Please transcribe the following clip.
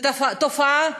זו תופעה